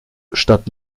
stadt